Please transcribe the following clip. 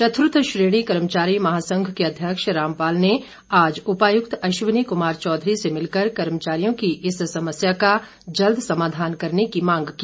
चतुर्थ श्रेणी कर्मचारी महासंघ के अध्यक्ष रामपाल ने आज उपायुक्त अश्वनी कुमार चौधरी से मिलकर कर्मचारियों की इस समस्या का जल्द समाधान करने की मांग की